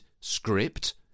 script